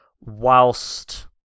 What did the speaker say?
whilst